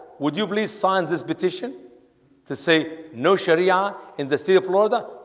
would you please sign this petition to say? no sharia in the state of florida.